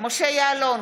משה יעלון,